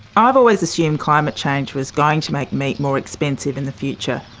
i've always assumed climate change was going to make meat more expensive in the future,